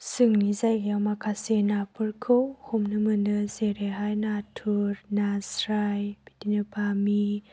जोंनि जायगायाव माखासे नाफोरखौ हमनो मोनो जेरैहाय नाथुर नास्राय बिदिनो बामि